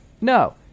No